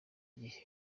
gihe